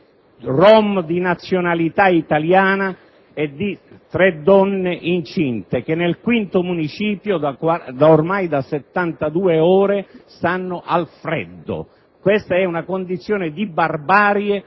*rom* di nazionalità italiana e di tre donne incinte che nel V municipio, ormai da 72 ore, si trovano al freddo. Questa è una condizione di barbarie